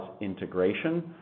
integration